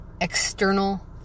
external